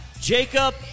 Jacob